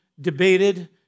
debated